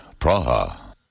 Praha